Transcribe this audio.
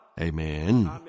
Amen